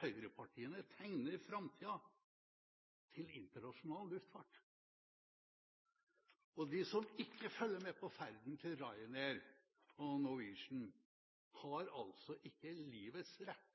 høyrepartiene tegner framtiden til internasjonal luftfart. Og de som ikke følger med på ferden til Ryan Air og Norwegian, har altså ikke livets rett,